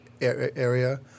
Area